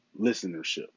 listenership